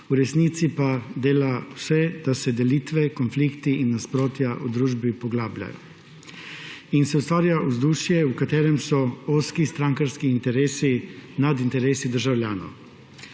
v resnici pa dela vse, da se delitve, konflikti in nasprotja v družbi poglabljajo in se ustvarja vzdušje, v katerem so ozki strankarski interesi nad interesi državljanov.